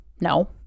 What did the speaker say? No